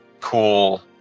cool